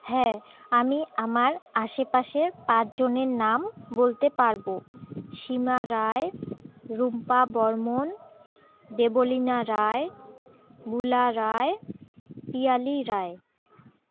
হ্যাঁ আমি আমার আশেপাশের পাঁচজনের নাম বলতে পারবো সীমা রায় রুম্পা বর্মন দেবলীনা রায় বুলা রায় পিয়ালি রায়